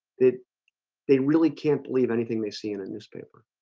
did they really can't believe anything they see in a newspaper